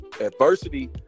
adversity